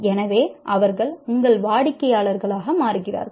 எனவே அவர்கள் உங்கள் வாடிக்கையாளர்களாக மாறுகிறார்கள்